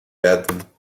werden